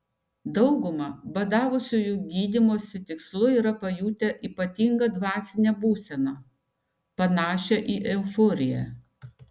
dauguma badavusiųjų gydymosi tikslu yra pajutę ypatingą dvasinę būseną panašią į euforiją